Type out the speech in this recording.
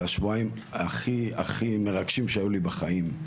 השבועיים הכי הכי מרגשים שהיו לי בחיים.